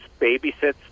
babysits